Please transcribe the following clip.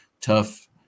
tough